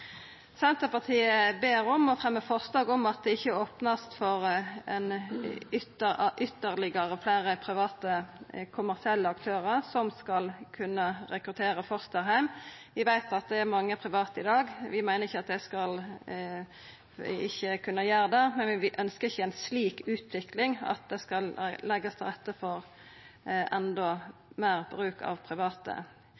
Senterpartiet ber om – og fremjar forslag om – at det ikkje vert opna for ytterlegare private kommersielle aktørar som skal kunna rekruttera fosterheim. Vi veit at det er mange private i dag. Vi meiner ikkje at dei ikkje skal kunne gjera det, men vi ønskjer ikkje ei slik utvikling at det skal leggjast til rette for